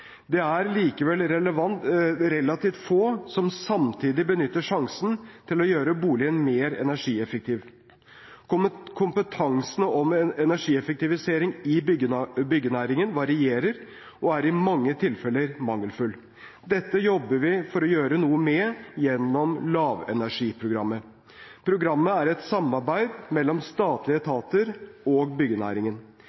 Det er likevel relativt få som samtidig benytter sjansen til å gjøre boligen mer energieffektiv. Kompetansen om energieffektivisering i byggenæringen varierer og er i mange tilfeller mangelfull. Dette jobber vi for å gjøre noe med gjennom Lavenergiprogrammet. Programmet er et samarbeid mellom statlige